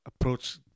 approach